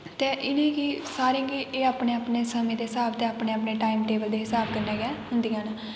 ते इ'नेंगी सारें गी एह् अपने अपने समें दे स्हाब ते अपने अपने टाइम टेबल दे हिसाब कन्नै गै होंदियां न